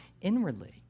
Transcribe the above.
inwardly